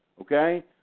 Okay